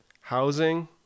housing